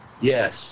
Yes